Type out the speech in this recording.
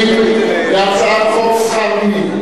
אנחנו עוברים להצעת חוק שכר מינימום